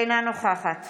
אינה נוכחת